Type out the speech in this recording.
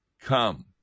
come